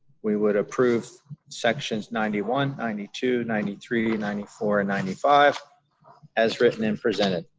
we would approve sections ninety one, ninety two, ninety three, ninety four, and ninety five as written and presented.